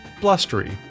blustery